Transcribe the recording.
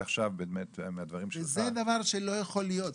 זה דבר שלא יכול להיות,